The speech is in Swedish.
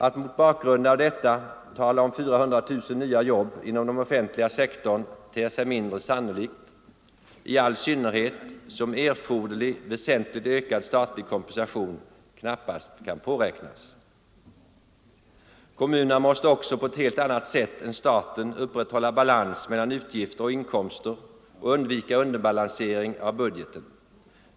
Att mot bakgrund av detta tala om 400 000 nya jobb inom den offentliga sektorn ter sig mindre realistiskt i all synnerhet som erforderlig väsentligt ökad statlig kompensation knappast kan påräknas. Kommunerna måste också på ett helt annat sätt än staten upprätthålla balans mellan utgifter och inkomster och undvika underbalansering av budgeten.